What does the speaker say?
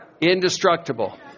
indestructible